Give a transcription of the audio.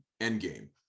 endgame